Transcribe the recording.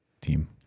team